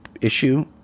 issue